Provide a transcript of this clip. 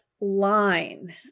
line